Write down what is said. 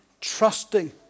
trusting